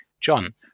John